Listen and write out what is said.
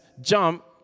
jump